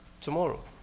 tomorrow